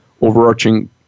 overarching